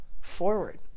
forward